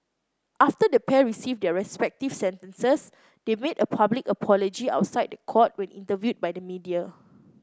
after the pair received their respective sentences they made a public apology outside the court when interviewed by the media